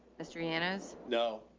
mystery. yanas no,